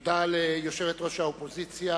תודה ליושבת-ראש האופוזיציה,